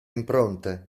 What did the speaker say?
impronte